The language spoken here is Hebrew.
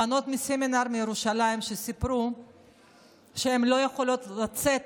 בנות מסמינר מירושלים סיפרו שהן לא יכולות לצאת